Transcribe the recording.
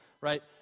right